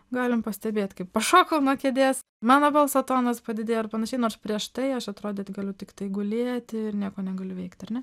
galim pastebėt kaip pašoko nuo kėdės mano balso tonas padidėjo ir panašiai nors prieš tai aš atrodė tik galiu tiktai gulėti ir nieko negaliu veikt ar ne